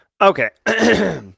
Okay